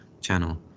channel